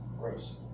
gross